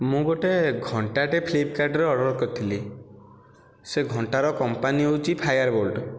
ମୁଁ ଗୋଟାଏ ଘଣ୍ଟାଟା ଫ୍ଲିପକାର୍ଟ ରୁ ଅର୍ଡ଼ର୍ କରିଥିଲି ସେ ଘଣ୍ଟାର କମ୍ପାନୀ ହେଉଛି ଫାୟାର୍ ବୋଲ୍ଟ